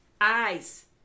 Eyes